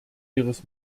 ihres